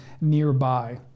nearby